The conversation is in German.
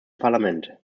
parlament